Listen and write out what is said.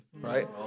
right